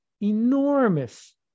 Enormous